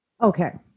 Okay